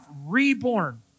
reborn